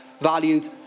valued